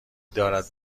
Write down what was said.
دارد